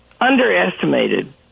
underestimated